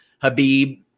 Habib